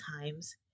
times